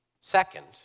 Second